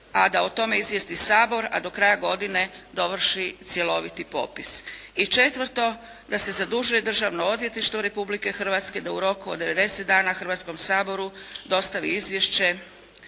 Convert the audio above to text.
a da o tome izvijesti Sabor a do kraja godine dovrši cjeloviti popis. I četvrto, da se zadužuje Državno odvjetništvo Republike Hrvatske da u roku od 90 dana Hrvatskom saboru dostavi izvješće